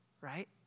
right